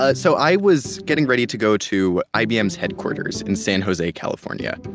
ah so i was getting ready to go to ibm's headquarters in san jose, california.